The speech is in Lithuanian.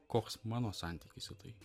koks mano santykis į tai